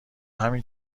همین